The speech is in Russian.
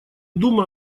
думая